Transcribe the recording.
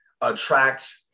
attract